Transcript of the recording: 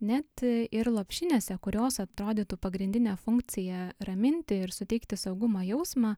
net ir lopšinėse kurios atrodytų pagrindinė funkciją raminti ir suteikti saugumo jausmą